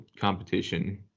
Competition